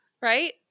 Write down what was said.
Right